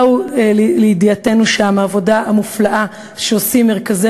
באה לידיעתנו שם העבודה המופלאה שעושים מרכזי